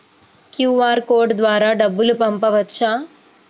QR code ద్వారా డబ్బులు పంపవచ్చా?